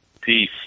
Peace